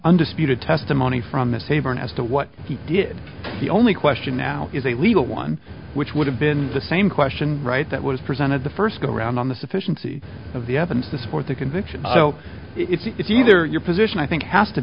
undisputed testimony from a savior and as to what he did the only question now is a legal one which would have been the same question right that was presented the first go around on the sufficiency of the evidence to support the conviction so it's either your position i think has to